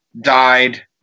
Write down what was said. died